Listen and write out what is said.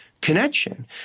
connection